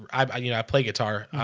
i but you know i play guitar.